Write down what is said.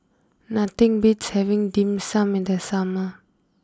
nothing beats having Dim Sum in the summer